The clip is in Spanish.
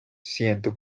ciento